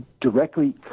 directly